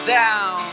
down